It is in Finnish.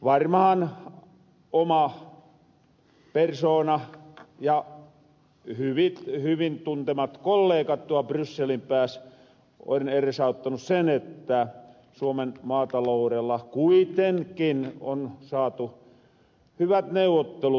varmaan oma persoona ja hänen hyvin tuntemat kollekat tuol brysselin pääs on eresauttanu sen että suomen maatalourelle kuitenkin on saatu hyvät neuvottelut aikaan